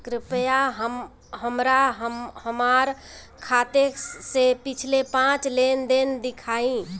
कृपया हमरा हमार खाते से पिछले पांच लेन देन दिखाइ